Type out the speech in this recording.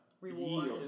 reward